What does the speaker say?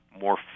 more